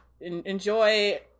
enjoy